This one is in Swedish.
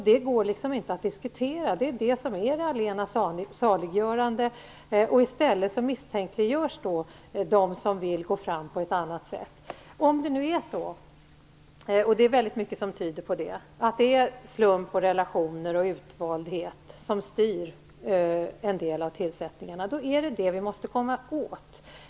Detta går liksom inte att diskutera, utan det är det som är det allena saliggörande. I stället misstänkliggörs de som vill gå fram på ett annat sätt. Om det nu är så - och det är väldigt mycket som tyder på det - att det är slump och relationer och utvaldhet som styr en del av tillsättningarna, då är det det vi måste komma åt.